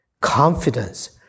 confidence